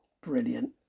brilliant